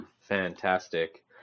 fantastic